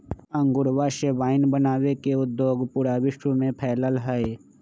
अंगूरवा से वाइन बनावे के उद्योग पूरा विश्व में फैल्ल हई